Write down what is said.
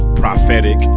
prophetic